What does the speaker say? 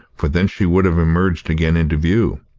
for then she would have emerged again into view.